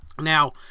Now